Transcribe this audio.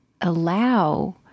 allow